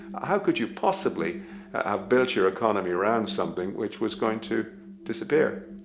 how could you possibly have build your economy around something which was going to disappear